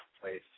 place